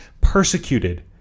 persecuted